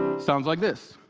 sounds like this.